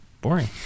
boring